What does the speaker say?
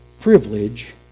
privilege